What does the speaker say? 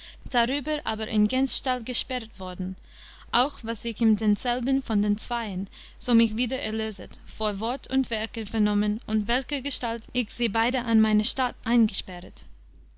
darüber aber in gänsstall gesperret worden auch was ich in demselben von den zweien so mich wieder erlöset vor wort und werke vernommen und welchergestalt ich sie beide an meine statt eingesperret